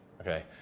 okay